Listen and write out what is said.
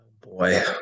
Boy